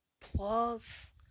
plus